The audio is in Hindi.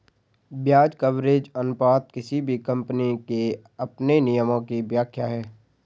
ब्याज कवरेज अनुपात किसी भी कम्पनी के अपने नियमों की व्याख्या है